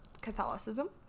Catholicism